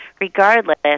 regardless